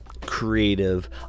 creative